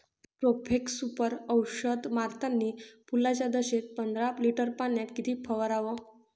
Profex Super औषध मारतानी फुलाच्या दशेत पंदरा लिटर पाण्यात किती फवाराव?